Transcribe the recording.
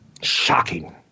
Shocking